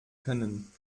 können